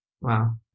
Wow